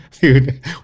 dude